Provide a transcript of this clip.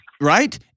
right